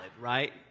right